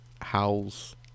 howls